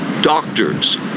doctors